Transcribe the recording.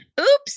oops